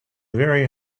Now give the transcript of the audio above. very